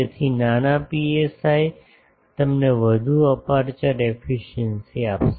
તેથી નાના પીએસઆઇ તમને વધુ અપેર્ચર એફિસિએંસી આપશે